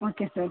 okay sir